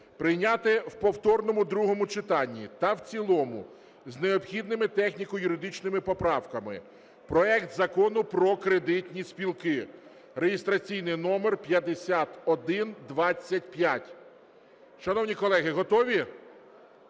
прийняти в повторному другому читанні та в цілому з необхідними техніко-юридичними поправками проект Закону про кредитні спілки (реєстраційний номер 5125). Шановні колеги, готові?